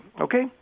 Okay